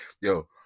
Yo